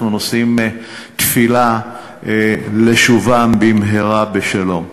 אנחנו נושאים תפילה לשובם במהרה בשלום.